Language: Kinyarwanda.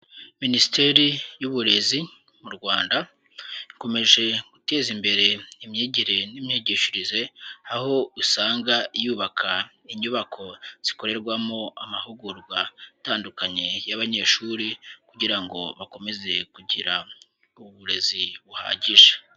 Minisiteri y'Uburezi mu Rwanda, ikomeje guteza imbere imyigire n'imyigishirize, aho usanga yubaka inyubako zikorerwamo amahugurwa atandukanye y'abanyeshuri kugira ngo bakomeze kugira uburezi buhagije.